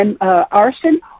arson